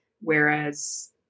Whereas